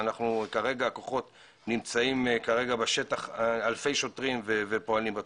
וכרגע נמצאים בשטח אלפי שוטרים ופועלים בתחום.